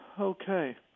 Okay